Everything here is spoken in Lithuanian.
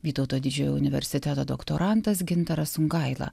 vytauto didžiojo universiteto doktorantas gintaras sungaila